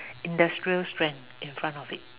industrial strength in front of it